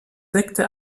sekte